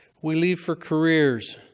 we leave for careers,